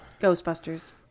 Ghostbusters